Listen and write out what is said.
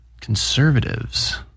conservatives